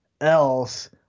else